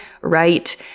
right